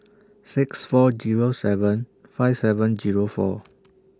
six four Zero seven five seven Zero four